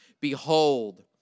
behold